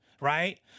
Right